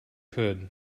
could